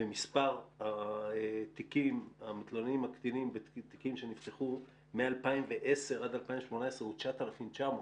ומספר המתלוננים הקטינים ותיקים שנפתחו מ-2010 עד 2018 הוא 9,900,